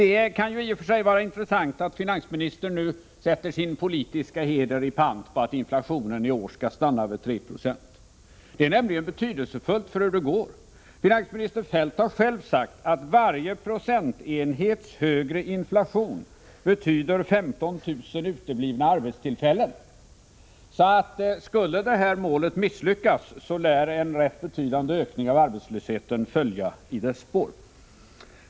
Det kan i och för sig vara intressant att finansministern nu sätter sin politiska heder i pant på att inflationen i år skall stanna vid 3 70. Det är nämligen betydelsefullt för hur det går. Finansminister Kjell-Olof Feldt har själv sagt att varje procentenhet högre inflation betyder 15 000 uteblivna arbetstillfällen. Skulle inflationsmålet inte uppnås, lär en rätt betydande ökning av arbetslösheten följa.